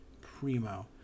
primo